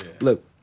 look